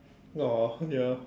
!aww! ya